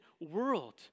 world